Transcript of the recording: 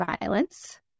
violence